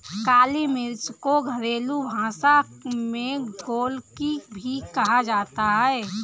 काली मिर्च को घरेलु भाषा में गोलकी भी कहा जाता है